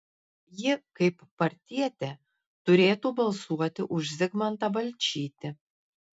ji kaip partietė turėtų balsuoti už zigmantą balčytį